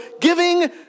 giving